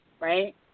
right